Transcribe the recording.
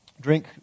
drink